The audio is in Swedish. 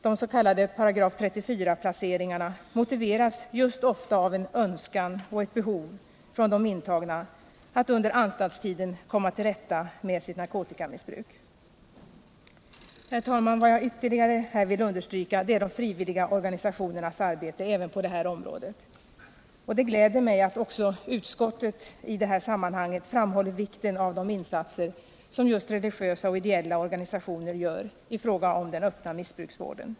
De s.k. § 34-placeringarna motiveras ofta med en önskan och ett behov från de intagna att under anstaltstiden komma till rätta med sitt narkotikamissbruk. Herr talman! Något som jag ytterligare vill understryka är också de frivilliga organisationernas arbete på detta område. Det gläder mig att utskottet i det här sammanhanget framhåller vikten av de insatser som just religiösa och ideella organisationer gör i fråga om den öppna missbruksvården.